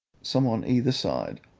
some on either side,